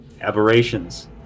aberrations